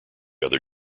other